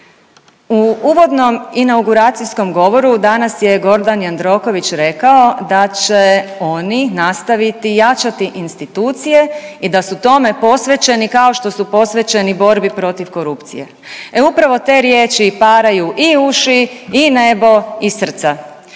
u uvodnom inauguracijskom govoru danas je Gordan Jandroković rekao da će oni nastaviti jačati institucije i da su tome posvećeni kao što su posvećeni borbi protiv korupcije. E upravo te riječi paraju i uši, i nebo i srca